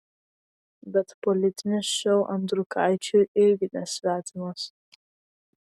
bet politinis šou andriukaičiui irgi nesvetimas